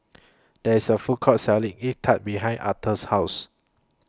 There IS A Food Court Selling Egg Tart behind Authur's House